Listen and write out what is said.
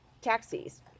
taxis